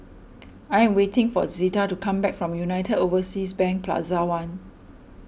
I am waiting for Zeta to come back from United Overseas Bank Plaza one